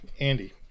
Andy